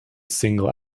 single